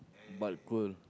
but cool